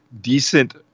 decent